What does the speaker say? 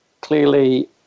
clearly